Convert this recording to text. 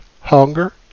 hunger